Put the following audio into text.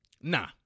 Nah